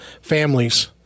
families